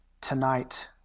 tonight